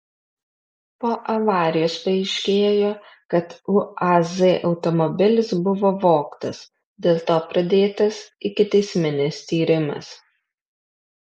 po avarijos paaiškėjo kad uaz automobilis buvo vogtas dėl to pradėtas ikiteisminis tyrimas